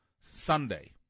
Sunday